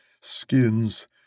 skins